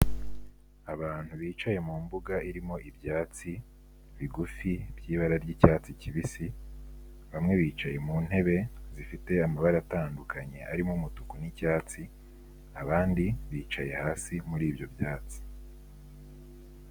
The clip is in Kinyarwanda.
Abantu bicaye mu mbuga irimo ibyatsi bigufi by'ibara ry'icyatsi kibisi, bamwe bicaye mu ntebe zifite amabara atandukanye arimo umutuku n'icyatsi, abandi bicaye hasi muri ibyo byatsi.